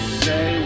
say